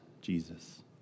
Jesus